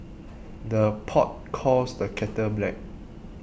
the pot calls the kettle black